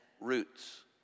roots